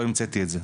לא המצאתי את זה,